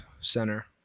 center